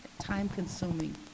time-consuming